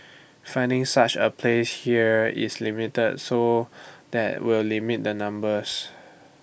finding such A place here is limited so that will limit the numbers